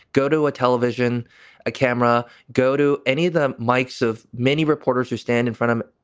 go to a television camera, go to any of the mikes of many reporters who stand in front of it,